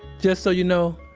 just so you know,